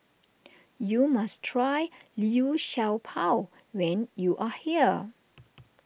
you must try Liu Sha Bao when you are here